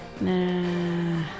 Nah